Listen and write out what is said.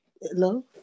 Hello